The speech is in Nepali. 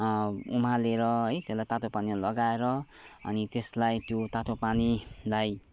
उमालेर है त्यसलाई तातो पानी लगाएर अनि त्यसलाई त्यो तातो पानीलाई